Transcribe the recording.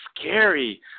scary